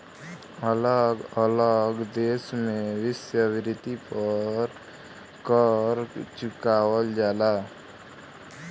अलग अलग देश में वेश्यावृत्ति पर कर चुकावल जाला